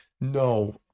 no